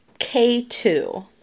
K2